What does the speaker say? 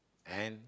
and